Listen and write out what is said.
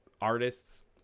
artists